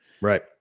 right